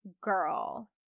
Girl